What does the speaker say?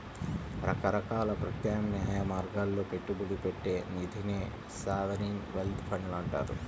రకరకాల ప్రత్యామ్నాయ మార్గాల్లో పెట్టుబడి పెట్టే నిధినే సావరీన్ వెల్త్ ఫండ్లు అంటారు